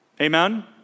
Amen